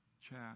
chat